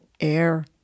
air